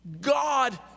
God